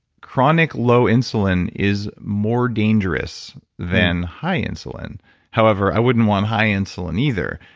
chronic low insulin is more dangerous than high insulin however i wouldn't want high insulin either.